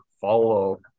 follow